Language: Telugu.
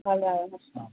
వాళ్ళ